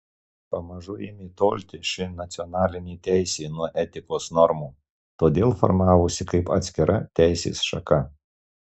pamažu ėmė tolti ši nacionalinė teisė nuo etikos normų todėl formavosi kaip atskira teisės šaka